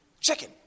Chicken